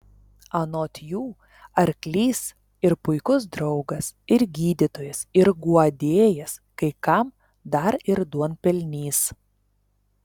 anot jų arklys ir puikus draugas ir gydytojas ir guodėjas kai kam dar ir duonpelnys